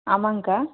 ஆமாங்கக்கா